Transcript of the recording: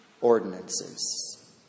ordinances